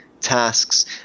tasks